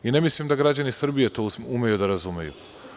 I ne mislim da građani Srbije to umeju da razumeju.